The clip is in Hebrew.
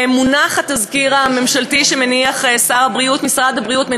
מונח תזכיר החוק הממשלתי שמניח שר הבריאות ומשרד הבריאות,